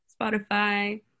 Spotify